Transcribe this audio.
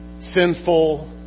sinful